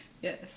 Yes